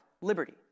liberty